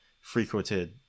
frequented